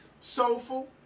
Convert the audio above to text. Soulful